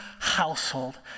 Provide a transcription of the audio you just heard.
household